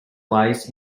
lies